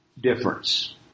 difference